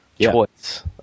choice